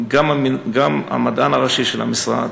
גם המדען הראשי של המשרד